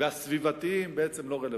והסביבתיים בעצם לא רלוונטיים.